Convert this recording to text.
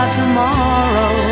tomorrow